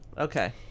Okay